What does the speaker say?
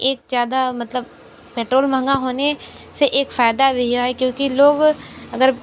एक ज़्यादा मतलब पैट्रोल महंगा होने से एक फ़ायदा भी यह है क्योंकि लोग अगर